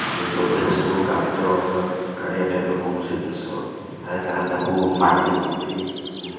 ଯେ ଯେତେ ସବୁ ଗାତ ବା ଗାଡ଼ିଆ ଟାଇପ୍ର କୌଣସି ଜିନିଷ ଥାଏ ତାହେଲେ ତାକୁ ମାଟି ପୋତି ତାକୁ